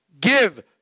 Give